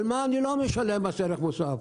על מה אני לא משלם מס ערך מוסף?